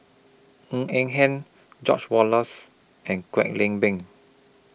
Ng Eng Hen George Oehlers and Kwek Leng Beng